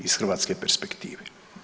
Iz hrvatske perspektive.